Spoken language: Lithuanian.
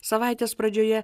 savaitės pradžioje